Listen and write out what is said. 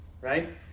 right